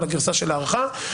על הגרסה של ההארכה.